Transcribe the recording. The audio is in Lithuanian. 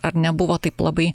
ar nebuvo taip labai